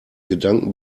gedanken